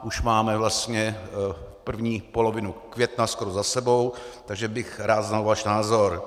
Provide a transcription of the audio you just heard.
Už máme vlastně první polovinu května skoro za sebou, takže bych rád znal váš názor.